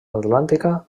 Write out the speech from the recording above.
atlàntica